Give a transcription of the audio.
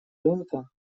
рынка